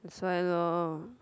that why loh